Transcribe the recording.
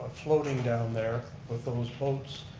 ah floating down there with those boats.